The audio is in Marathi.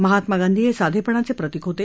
महात्मा गांधी हे साधेपणाचं प्रतीक होते